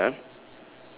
so the red ah